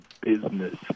business